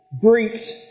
greet